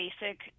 basic